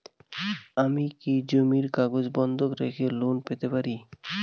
আমি কি জমির কাগজ বন্ধক রেখে লোন পেতে পারি?